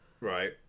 Right